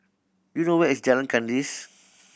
do you know where is Jalan Kandis